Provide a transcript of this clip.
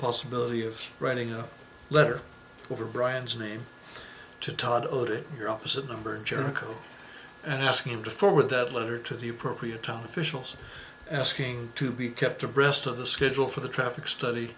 possibility of writing a letter over bryant's name to todd your opposite number jericho and ask him to forward that letter to the appropriate time officials asking to be kept abreast of the schedule for the traffic study